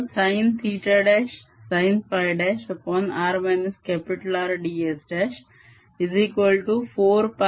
sinsinϕ।r R।ds4π3rsinθcosϕC आणि बाकीच्या integrals चे काय